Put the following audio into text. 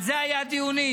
על זה היו הדיונים,